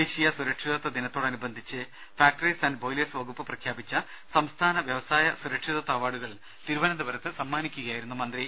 ദേശീയ സുരക്ഷിതത്വ ദിനത്തോടനുബന്ധിച്ച് ഫാക്ടറീസ് ആന്റ് ബോയ്ലേഴ്സ് വകുപ്പ് പ്രഖ്യാപിച്ച സംസ്ഥാന വ്യവസായ സുരക്ഷിതത്വ അവാർഡുകൾ തിരുവനന്തപുരത്ത് സമ്മാനിക്കുകയായിരുന്നു മന്ത്രി